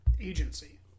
agency